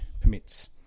permits